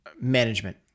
Management